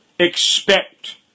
Expect